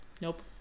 Nope